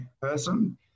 person